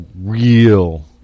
real